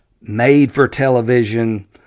made-for-television